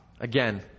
again